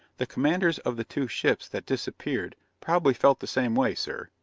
the commanders of the two ships that disappeared probably felt the same way, sir,